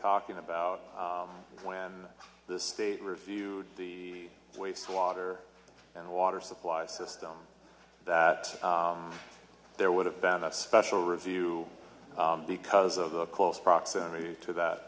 talking about when this state or a few the waste water and water supply system that there would have found that special review because of the close proximity to that